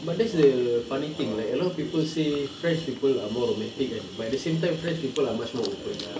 but that's the funny thing like a lot of people say french people are more romantic kan but at the same time french people are much more open